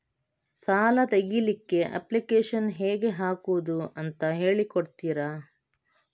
ಸಾಲ ತೆಗಿಲಿಕ್ಕೆ ಅಪ್ಲಿಕೇಶನ್ ಹೇಗೆ ಹಾಕುದು ಅಂತ ಹೇಳಿಕೊಡ್ತೀರಾ?